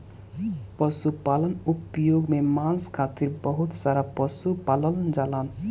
पशुपालन उद्योग में मांस खातिर बहुत सारा पशु पालल जालन